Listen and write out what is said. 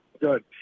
Good